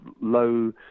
low